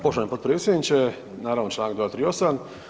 Poštovani potpredsjedniče, naravno čl. 238.